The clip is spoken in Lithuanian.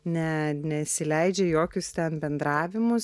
ne nesileidžia į jokius ten bendravimus